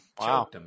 Wow